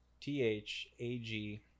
T-H-A-G